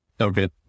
Okay